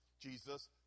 Jesus